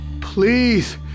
Please